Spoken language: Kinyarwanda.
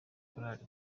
korali